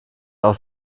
auch